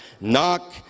knock